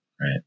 right